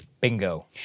Bingo